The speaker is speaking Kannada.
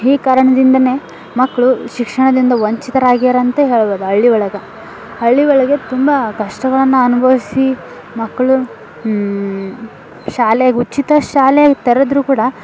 ಈ ಕಾರಣದಿಂದನೇ ಮಕ್ಕಳು ಶಿಕ್ಷಣದಿಂದ ವಂಚಿತರಾಗ್ಯಾರೆ ಅಂತ ಹೇಳ್ಬೋದು ಹಳ್ಳಿ ಒಳಗೆ ಹಳ್ಳಿ ಒಳಗೆ ತುಂಬ ಕಷ್ಟಗಳನ್ನು ಅನುಭವಿಸಿ ಮಕ್ಕಳು ಶಾಲೆಗೆ ಉಚಿತ ಶಾಲೆ ತೆರೆದ್ರೂ ಕೂಡ